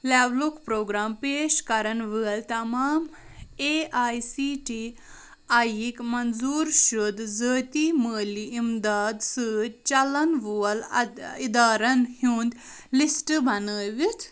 لیٛولُک programme پیش کَرَن وٲلۍ تَمام A I C T E یِکۍ مَنظوٗر شُدہ ذٲتی مٲلی اِمداد سۭتۍ چَلَن وول اِدارَن ہیٛونٛد لِسٹ بَنٲیِتھ